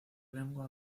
lengua